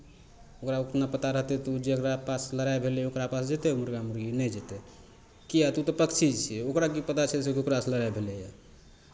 ओकरा उतना पता रहतै तऽ ओ जकरा पास लड़ाइ भेलै ओकरा पास जेतै मुरगा मुरगी नहि जेतै किएक तऽ ओ तऽ पक्षी छियै ओकरा की पता छै से ओकरासँ लड़ाइ भेलैए